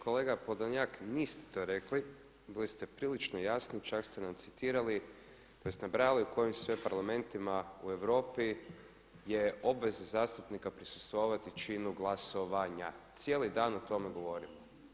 Kolega Podolnjak, niste to rekli, bili ste prilično jasni, čak ste nam citirali, tj. nabrajali u kojim sve parlamentima u Europi je obveza zastupnika prisustvovati činu glasovanja, cijeli dan o tome govorimo.